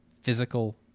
physical